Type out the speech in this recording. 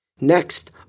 Next